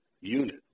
unit